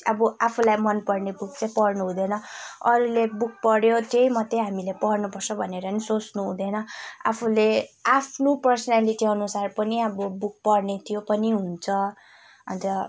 अब आफूलाई मनपर्ने बुक चाहिँ पढ्नु हुँदैन अरूले बुक पढ्यो त्यही मात्रै हामीले पढ्नु पर्छ भनेर नि सोच्नु हुँदैन आफूले आफ्नो पर्सनालिटी अनुसार पनि अब बुक पढ्ने त्यो पनि हुन्छ अन्त